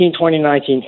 2019